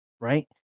right